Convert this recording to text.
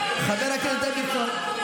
אכן חמור מאוד אם את צודקת.